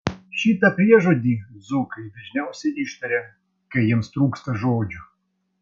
šitą priežodį dzūkai dažniausiai ištaria kai jiems trūksta žodžių